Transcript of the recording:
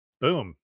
Boom